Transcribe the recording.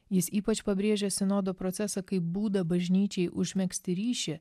jis ypač pabrėžė sinodo procesą kaip būdą bažnyčiai užmegzti ryšį